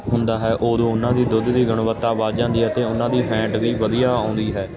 ਹੁੰਦਾ ਹੈ ਉਦੋਂ ਉਹਨਾਂ ਦੇ ਦੁੱਧ ਦੀ ਗੁਣਵੱਤਾ ਵੱਧ ਜਾਂਦੀ ਹੈ ਅਤੇ ਉਹਨਾਂ ਦੀ ਫੈਂਟ ਵੀ ਵਧੀਆ ਆਉਂਦੀ ਹੈ